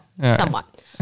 somewhat